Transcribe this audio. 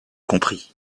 compris